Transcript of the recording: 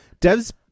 dev's